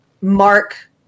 mark